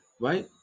right